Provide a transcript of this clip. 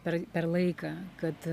per per laiką kad